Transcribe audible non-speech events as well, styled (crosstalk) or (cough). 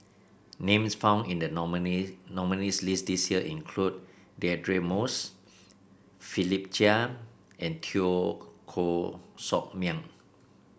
names found in the (unintelligible) nominees' list this year include Deirdre Moss Philip Chia and Teo Koh Sock Miang